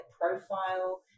profile